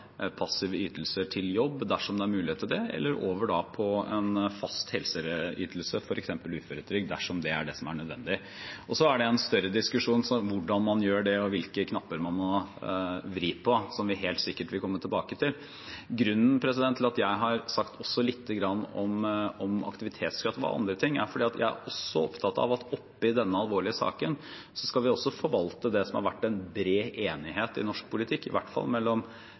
passive ytelser til jobb dersom det er mulighet for det, eller over på en fast helseytelse, f.eks. uføretrygd, dersom det er det som er nødvendig. Det er en større diskusjon hvordan man gjør det, og hvilke knapper man må vri på, noe vi helt sikkert vil komme tilbake til. Grunnen til at jeg har sagt lite grann om aktivitetskrav og andre ting, er at jeg er opptatt av at vi oppe i denne alvorlige saken også skal forvalte det som det har vært bred enighet om i norsk politikk, i hvert fall